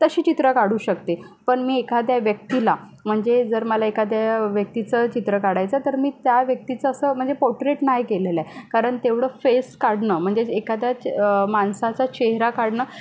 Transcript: तशी चित्रं काढू शकते पण मी एखाद्या व्यक्तीला म्हणजे जर मला एखाद्या व्यक्तीचं चित्र काढायचं तर मी त्या व्यक्तीचं असं म्हणजे पोर्ट्रेट नाही केलेलं आहे कारण तेवढं फेस काढणं म्हणजेच एखाद्या च माणसाचा चेहरा काढणं